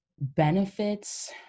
benefits